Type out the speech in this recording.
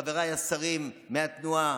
את חבריי השרים מהתנועה,